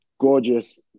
Gorgeous